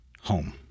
home